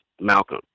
Malcolm